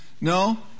no